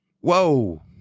whoa